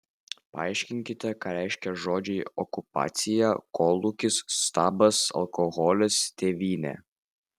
paaiškinkite ką reiškia žodžiai okupacija kolūkis stabas alkoholis tėvynė